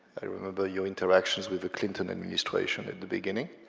i remember your interactions with the clinton administration at the beginning.